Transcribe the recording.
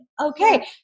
okay